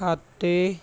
ਖਾਤੇ